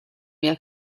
mia